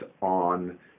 on